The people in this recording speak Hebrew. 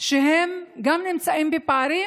שהן גם נמצאות בפערים,